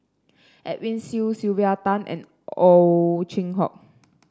Edwin Siew Sylvia Tan and Ow Chin Hock